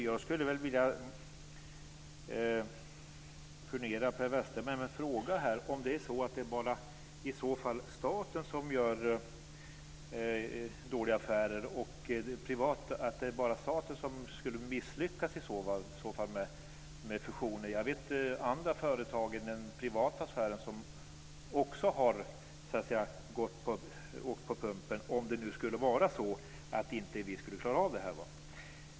Jag skulle vilja furnera Per Westerberg med en fråga, nämligen om det i så fall bara är staten som gör dåliga affärer, om det i så fall bara är staten som misslyckas med fusioner. Jag vet andra företag inom den privata sfären som också gått på pumpen - om det nu skulle vara så att vi inte klarar av det här.